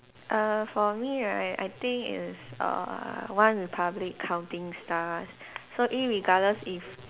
err for me right I think it's err OneRepublic counting stars so irregardless if